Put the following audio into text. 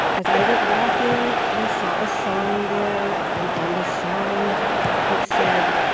as i went walking, i saw a sign there, and on the sign it said,